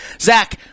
Zach